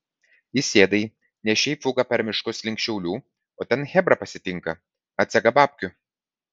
įsėdai nešei fugą per miškus link šiaulių o ten chebra pasitinka atsega babkių